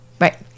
Right